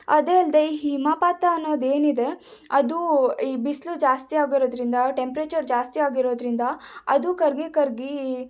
ಅದೇ ಅಲ್ಲದೆ ಹಿಮಪಾತ ಅನ್ನೋದೇನಿದೆ ಅದು ಈ ಬಿಸಿಲು ಜಾಸ್ತಿ ಆಗಿರೋದ್ರಿಂದ ಟೆಂಪರೇಚರ್ ಜಾಸ್ತಿ ಆಗಿರೋದ್ರಿಂದ ಅದು ಕರಗಿ ಕರಗಿ